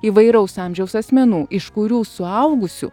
įvairaus amžiaus asmenų iš kurių suaugusių